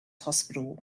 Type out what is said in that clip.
hospital